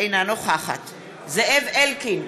אינה נוכחת זאב אלקין,